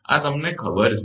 આ તમને ખબર છે